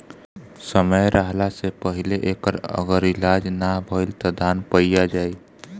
समय रहला से पहिले एकर अगर इलाज ना भईल त धान पइया जाई